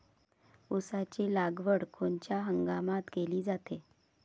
ऊसाची लागवड कोनच्या हंगामात केली जाते?